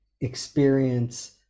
experience